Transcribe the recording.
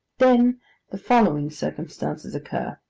then the following circumstances occur.